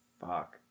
fuck